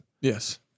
Yes